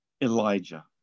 Elijah